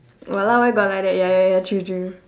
!walao! where got like that ya ya ya true true